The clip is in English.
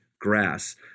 grass